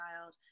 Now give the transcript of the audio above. child